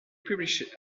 published